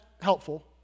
helpful